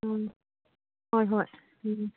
ꯎꯝ ꯍꯣꯏ ꯍꯣꯏ ꯎꯝ ꯎꯝ